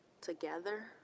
together